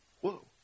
Whoa